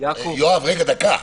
יואב, דקה.